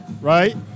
right